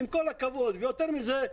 יותר מזה,